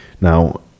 Now